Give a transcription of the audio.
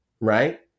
right